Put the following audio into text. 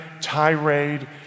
tirade